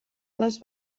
les